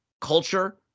culture